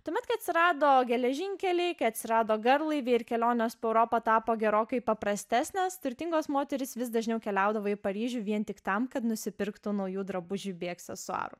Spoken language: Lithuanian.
tuomet kai atsirado geležinkeliai kai atsirado garlaiviai ir kelionės po europą tapo gerokai paprastesnės turtingos moterys vis dažniau keliaudavo į paryžių vien tik tam kad nusipirktų naujų drabužių bei aksesuarų